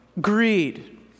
greed